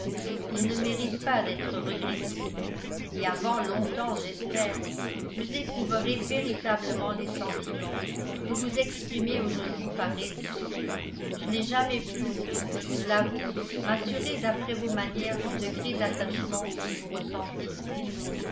il ne mérite pas d'être regretté et avant longtemps j'espère vous éprouverez véritablement les sentiments que vous exprimez aujourd'hui par raison je n'ai jamais pu je l'avoue m'assurer d'après vos manières du degré d'attachement que vous ressentiez